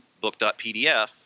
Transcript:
book.pdf